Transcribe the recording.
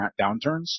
downturns